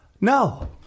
No